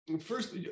first